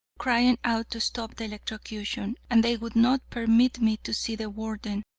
crying out to stop the electrocution, and they would not permit me to see the warden,